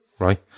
Right